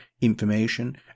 information